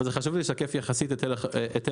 אבל זה חשוב לי לשקף יחסית את הלך הרוח